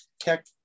tech